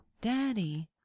Daddy